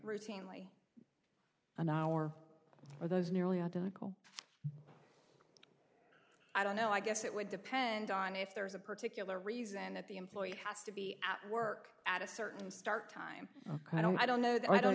routinely an hour for those nearly identical i don't know i guess it would depend on if there is a particular reason that the employee has to be at work at a certain start time i don't know i don't know that i don't